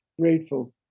grateful